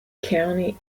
county